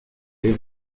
les